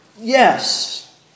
Yes